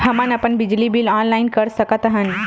हमन अपन बिजली बिल ऑनलाइन कर सकत हन?